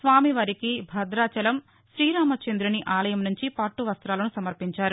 స్వామివారికి భదాచలం శ్రీరామచందుని ఆలయం నుంచి పట్టవస్తాలను సమర్పించారు